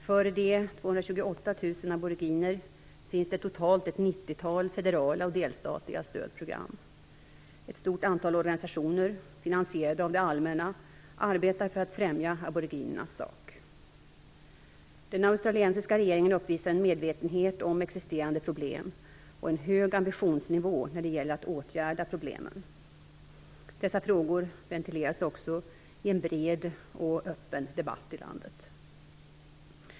För de 228 000 aboriginerna finns det totalt ett 90-tal federala eller delstatliga stödprogram. Ett stort antal organisationer, finansierade av det allmänna, arbetar för att främja aboriginernas sak. Den australiensiska regeringen uppvisar en medvetenhet om existerande problem och en hög ambitionsnivå när det gäller att åtgärda problemen. Dessa frågor ventileras också i en bred och öppen debatt i landet.